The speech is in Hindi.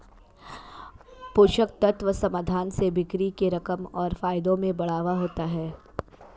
पोषक तत्व समाधान से बिक्री के रकम और फायदों में बढ़ावा होता है